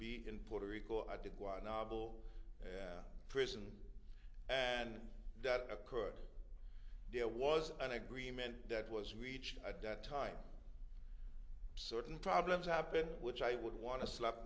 be in puerto rico i did one novel prison and that occurred there was an agreement that was reached at that time certain problems happened which i would want to slap